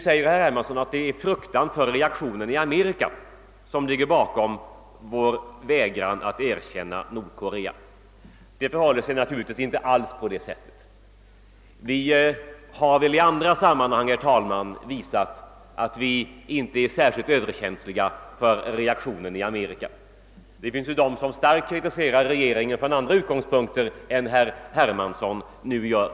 Herr Hermansson säger att det är fruktan för reaktionen i Amerika som ligger bakom vår vägran att erkänna Nordkorea. Det förhåller sig naturligtvis inte alls på det sättet. Vi har i andra sammanhang visat att vi inte är käns liga för reaktionen i Amerika — det finns ju de som starkt kritiserar regeringen från andra utgångspunkter än herr Hermansson nu gör.